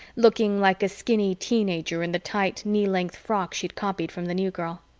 looking like a skinny teen-ager in the tight, knee-length frock she'd copied from the new girl.